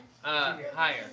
Higher